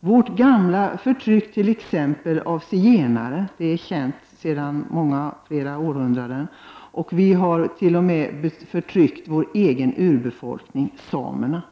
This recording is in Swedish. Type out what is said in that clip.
Vårt gamla förtryck av t.ex. zigenare är känt sedan länge. Vi har t.o.m. förtryckt vår egen urbefolkning, samerna.